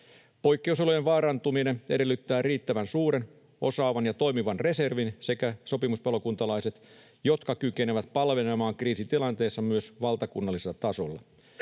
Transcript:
Poikkeusoloissa vaarantuminen edellyttää riittävän suuren, osaavan ja toimivan reservin sekä sopimuspalokuntalaiset, jotka kykenevät palvelemaan kriisitilanteessa myös valtakunnallisella tasolla.